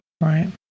right